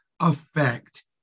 effect